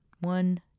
One